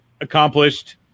Accomplished